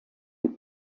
had